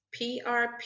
prp